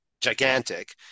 gigantic